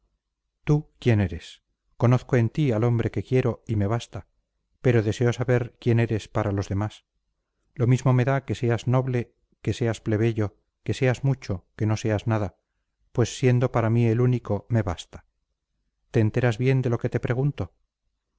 tú quién eres conozco en ti al hombre que quiero y me basta pero deseo saber quién eres para los demás lo mismo me da que seas noble que seas plebeyo que seas mucho que no seas nada pues siendo para mí el único me basta te enteras bien de lo que te pregunto